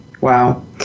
Wow